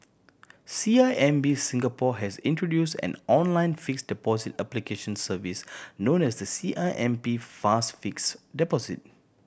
C I M B Singapore has introduced an online fixed deposit application service known as the C I M B Fast Fixed Deposit